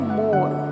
more